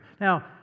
now